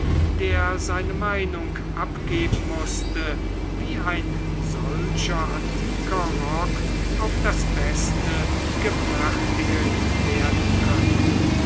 der seine meinung abgeben mußte wie ein solcher antiker rock auf das beste gefertiget werden könnte